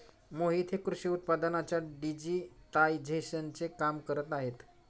मोहित हे कृषी उत्पादनांच्या डिजिटायझेशनचे काम करत आहेत